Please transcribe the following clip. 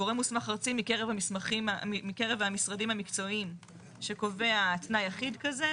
גורם מוסמך ארצי מקרב המשרדים המקצועיים שקובע תנאי אחיד כזה,